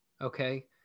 okay